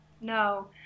No